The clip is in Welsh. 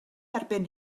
erbyn